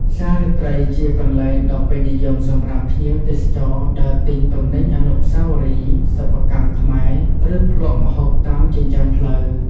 ផ្សាររាត្រី ជាកន្លែងដ៏ពេញនិយមសម្រាប់ភ្ញៀវទេសចរដើរទិញទំនិញអនុស្សាវរីយ៍ សិប្បកម្មខ្មែរ ឬភ្លក់ម្ហូបតាមចិញ្ចើមផ្លូវ។